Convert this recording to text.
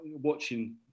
watching